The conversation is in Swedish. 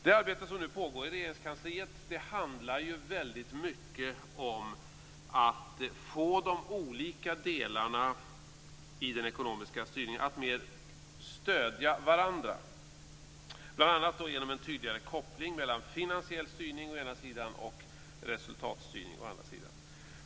Det arbete som nu pågår i Regeringskansliet handlar väldigt mycket om att få de olika delarna i den ekonomiska styrningen att mer stödja varandra, bl.a. genom en tydligare koppling mellan finansiell styrning å ena sidan och resultatstyrning å andra sidan.